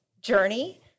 journey